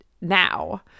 now